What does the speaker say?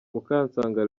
mukansanga